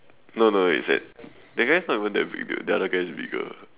no no is that that guy is not even that big built the other guy is bigger